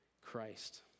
Christ